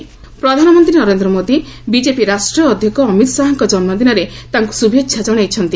PM Amit Shah ପ୍ରଧାନମନ୍ତ୍ରୀ Narendra Modi BJP ରାଷ୍ଟ୍ରୀୟ ଅଧ୍ୟକ୍ଷ ଅମିତ୍ ଶାହାଙ୍କ ଜନ୍ମିଦିନରେ ତାଙ୍କୁ ଶୁଭେଚ୍ଛା ଜଣାଇଚ୍ଚନ୍ତି